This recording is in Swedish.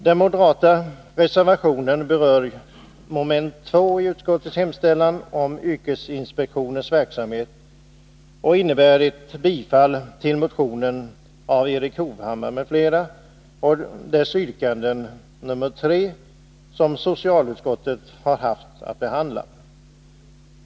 Den moderata reservationen berör moment 2 i utskottets hemställan om yrkesinspektionens verksamhet och innebär ett bifall till yrkande 3 i motion 1981/82:11 av Erik Hovhammar m.fl., vilket socialutskottet har haft att behandla.